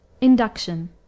induction